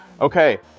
Okay